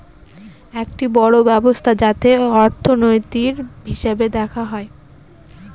একটি বড়ো ব্যবস্থা যাতে অর্থনীতির, হিসেব দেখা হয়